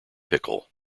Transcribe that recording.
pickle